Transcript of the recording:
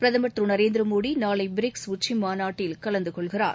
பிரதமர் திருநரேந்திரமோடிநாளைபிரிக்ஸ் உச்சமாநாட்டில் கலந்துகொள்கிறார்